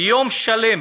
יום שלם,